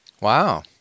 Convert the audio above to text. Wow